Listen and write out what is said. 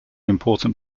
important